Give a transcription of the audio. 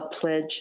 pledge